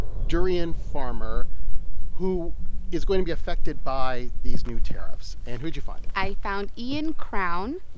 durian farmer who is going to be affected by these new tariffs, and who'd you find? i found ian crown.